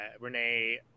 renee